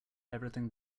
everything